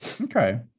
okay